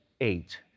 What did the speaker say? eight